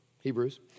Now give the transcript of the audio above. Hebrews